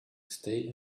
stay